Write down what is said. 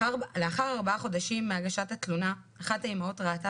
לאחר ארבעה חודשים מהגשת התלונה אחת האמהות ראתה